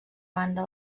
banda